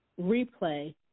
replay